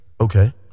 Okay